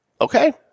Okay